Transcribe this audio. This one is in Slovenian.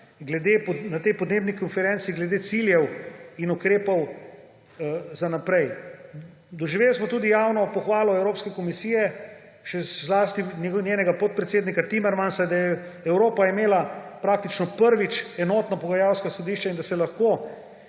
mednarodni podnebni konferenci v Glasgowu glede ciljev in ukrepov za naprej. Doživeli smo tudi javno pohvalo Evropske komisije, že zlasti njenega podpredsednika Timmermansa, da je Evropa imela praktično prvič enotno pogajalsko izhodišče in da smo se lahko